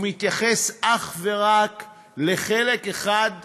הוא מתייחס אך ורק לחלק אחד באוכלוסייה,